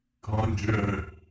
Conjure